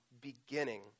beginning